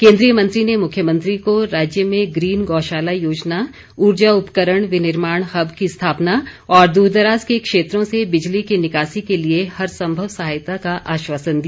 केन्द्रीय मंत्री ने मुख्यमंत्री को राज्य में ग्रीन गौशाला योजना उर्जा उपकरण विनिर्माण हब की स्थापना और दूरदराज के क्षेत्रों से बिजली की निकासी के लिए हर सम्भव सहायता का आश्वासन दिया